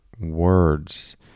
words